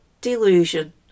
delusion